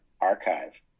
Archive